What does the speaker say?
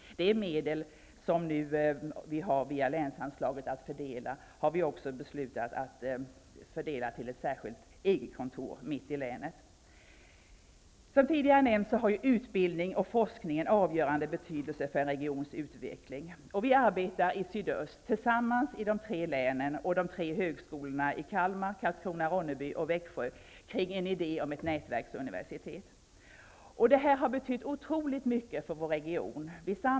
Av de medel som vi får via länsanslaget har vi beslutat att fördela en del till ett särskilt EG-kontor mitt i länet. Som tidigare nämnts, har utbildning och forskning en avgörande betydelse för en regions utveckling. Vi arbetar tillsammans i de tre länen och de tre högskolorna i Kalmar, Karlskrona/Ronneby och Växjö kring en idé om ett nätverksuniversitet, och det har betytt otroligt mycket för vår region.